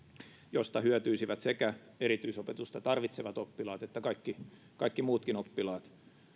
mistä hyötyisivät sekä erityisopetusta tarvitsevat oppilaat että kaikki muutkin oppilaat